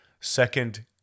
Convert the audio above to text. Second